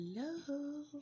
hello